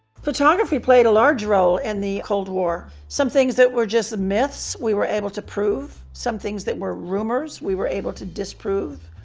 photography played a large role in the cold war. some things that were just myths we were able to prove. some things that were rumors we were able to disprove.